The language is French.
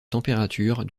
température